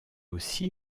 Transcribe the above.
aussi